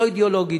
לא אידאולוגית,